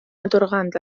atorgant